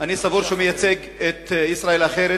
אני סבור שהוא מייצג את ישראל האחרת,